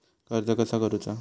कर्ज कसा करूचा?